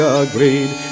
agreed